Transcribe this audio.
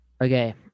Okay